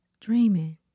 dreaming